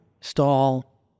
stall